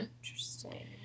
interesting